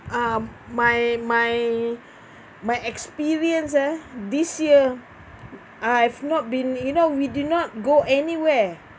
um my my my experience ah this year I have not been you know we did not go anywhere